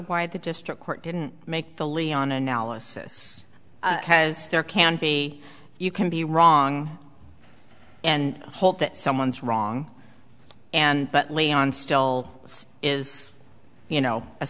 why the district court didn't make the leon analysis has there can be you can be wrong and hope that someone's wrong and but leon still is you know a